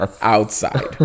outside